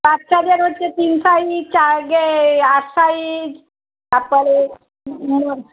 পাঁচ সাইজের রয়েছে তিন সাইজ আগে আট সাইজ তারপরে